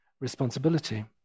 responsibility